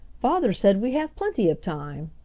father said we have plenty of time,